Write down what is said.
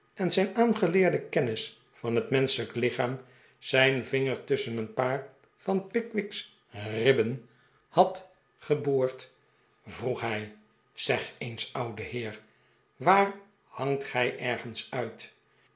en zijn aangeleerde kennis van het menschelijk lichaam zijn vinger tusschen een paar van pickwick's ribben had geboord vroeg hij zeg eens oude heer waar hangt gij ergens uit